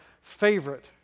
favorite